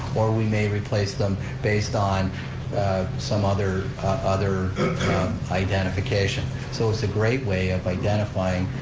or we may replace them based on some other other identification. so it's a great way of identifying,